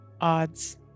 Odds